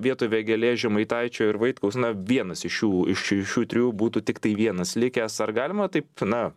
vietoj vėgėlės žemaitaičio ir vaitkaus na vienas iš jų iš šių trijų būtų tiktai vienas likęs ar galima taip na